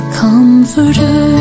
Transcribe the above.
comforter